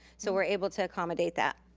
so we're able to accommodate that.